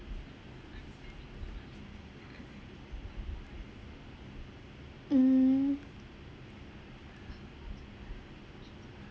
mm